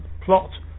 plot